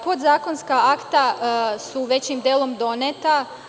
Podzakonska akta su većim delom doneta.